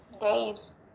days